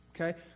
Okay